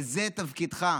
וזה תפקידך.